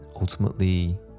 Ultimately